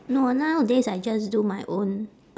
no nowadays I just do my own